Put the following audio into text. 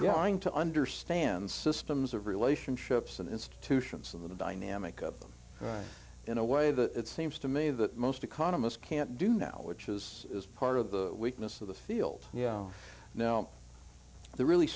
trying to understand systems of relationships and institutions of the dynamic of them in a way that it seems to me that most economists can't do now which is part of the weakness of the field you know the really